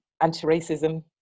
anti-racism